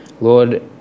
Lord